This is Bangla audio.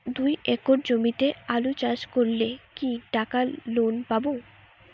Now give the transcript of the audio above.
দুই একর জমিতে আলু চাষ করলে কি টাকা লোন পাবো?